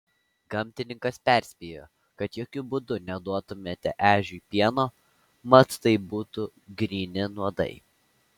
gamtininkas perspėjo kad jokiu būdu neduotumėte ežiui pieno mat tai būtų gryni nuodai